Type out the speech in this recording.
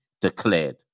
declared